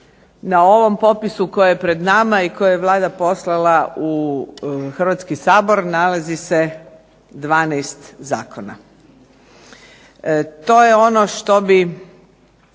na ovom popisu koji je pred nama i koji je Vlada poslala u Hrvatski sabor nalazi se 12 zakona.